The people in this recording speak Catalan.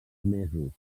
mesos